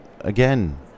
again